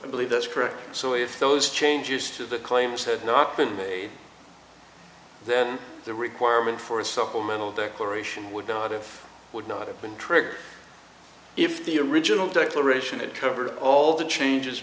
i believe that's correct so if those changes to the claims have not been made then the requirement for a supplemental declaration would not it would not have been triggered if the original declaration had covered all the changes